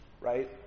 right